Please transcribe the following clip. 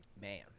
Man